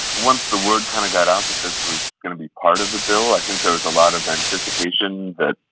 once the word kind of got out that this was going to be part of the bill, i think there's a lot of anticipation that,